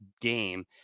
game